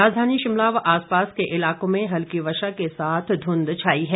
राजधानी शिमला व आसपास के इलाकों में हल्की वर्षा के साथ ध्रंध छाई है